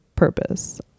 Purpose